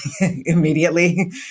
immediately